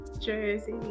Jersey